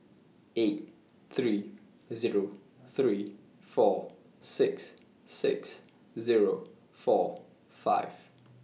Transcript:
eight three Zero three four six six Zero four five